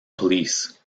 police